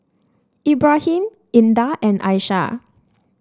Ibrahim Indah and Aishah